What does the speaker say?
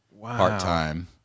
part-time